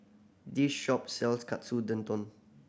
the shop sells Katsu